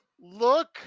look